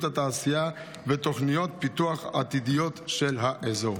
התעשייה ותוכניות פיתוח עתידיות של האזור?